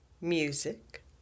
Music